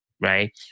right